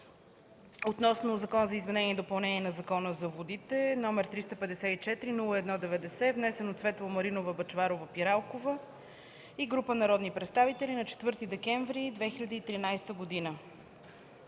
относно Закон за изменение и допълнение на Закона за водите, № 354-01-90, внесен от Светла Маринова Бъчварова-Пиралкова и група народни представители на 4 декември 2013 г.